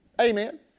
Amen